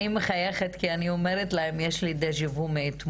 אני מחייכת כי אני אומרת לה שיש לי דה ז'ה וו מאתמול,